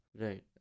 Right